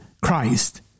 Christ